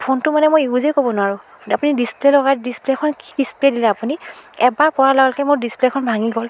ফোনটো মানে মই ইউজেই কৰিব নোৱাৰোঁ আপুনি ডিচপ্লে লগাই ডিচপ্লেখন কি ডিচপ্লে দিলে আপুনি এবাৰ পৰা লগে লগে মোৰ ডিচপ্লেখন ভাঙি গ'ল